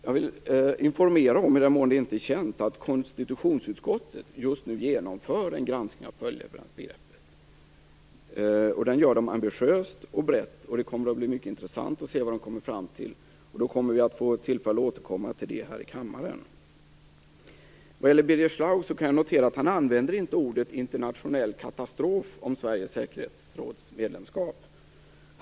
Jag vill informera om, i den mån det inte är känt, att konstitutionsutskottet just nu genomför en granskning av följdleveransbegreppet. Den gör man ambitiöst och brett. Det kommer att bli mycket intressant att se vad de kommer fram till. Då kommer vi att få tillfälle att återkomma till detta i kammaren. Jag kan notera att Birger Schlaug inte använder orden internationell katastrof om Sveriges medlemskap i säkerhetsrådet.